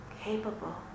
capable